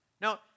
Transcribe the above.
No